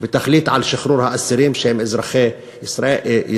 ותחליט על שחרור האסירים שהם אזרחי ישראל.